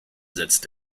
setzt